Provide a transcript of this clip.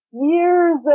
years